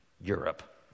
Europe